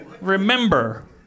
Remember